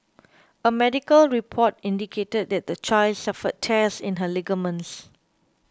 a medical report indicated that the child suffered tears in her ligaments